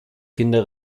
kinder